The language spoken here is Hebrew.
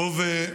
תודה.